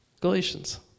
Galatians